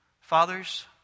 Fathers